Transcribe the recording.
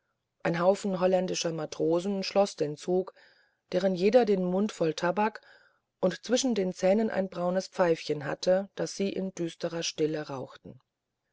ein haufen holländischer matrosen schloß den zug deren jeder den mund voll tabak und zwischen den zähnen ein braunes pfeifchen hatte das sie in düsterer stille rauchten